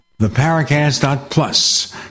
theparacast.plus